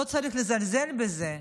לא צריך לזלזל בזה.